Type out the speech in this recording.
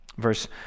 Verse